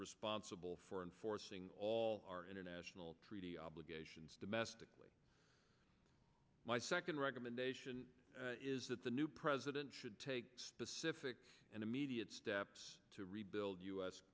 responsible for enforcing all our international treaty obligations domestically my second recommendation is that the new president should take specific and immediate steps to rebuild u